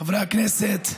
חברי הכנסת,